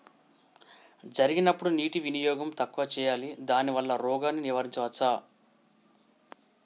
జరిగినప్పుడు నీటి వినియోగం తక్కువ చేయాలి దానివల్ల రోగాన్ని నివారించవచ్చా?